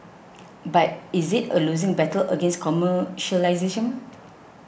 but is it a losing battle against commercialism